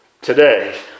today